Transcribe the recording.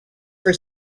for